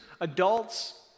adults